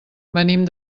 venim